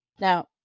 Now